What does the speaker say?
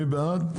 מי בעד?